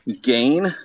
Gain